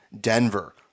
Denver